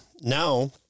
Now